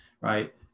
Right